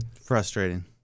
Frustrating